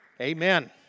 Amen